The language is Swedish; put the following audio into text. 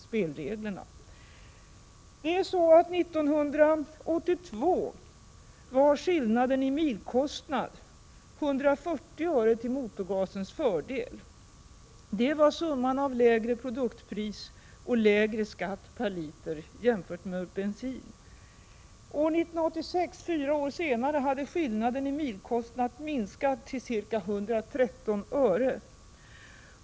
År 1982 var skillnaden i milkostnad 140 öre till motorgasens fördel. Det var summan av lägre produktpris och lägre skatt jämfört med bensin. År 1986, fyra år senare, hade skillnaden i milkostnad minskat till 113 öre.